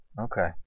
Okay